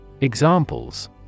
Examples